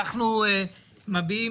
רבותיי,